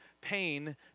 pain